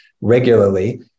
Regularly